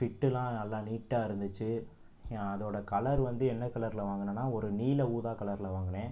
ஃபிட்டுல்லாம் நல்லா நீட்டாக இருந்துச்சு அதோடய கலர் வந்து என்ன கலரில் வாங்குனனா ஒரு நீல ஊதா கலரில் வாங்குனேன்